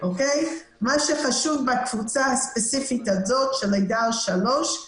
מה שחשוב בקבוצה הספציפית הזאת של לידה עד שלוש,